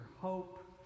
hope